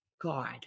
God